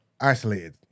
isolated